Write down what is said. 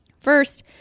First